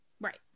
right